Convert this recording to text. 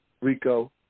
Rico